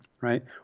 right